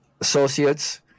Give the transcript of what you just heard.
associates